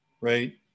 right